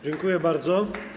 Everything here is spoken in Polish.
Dziękuję bardzo.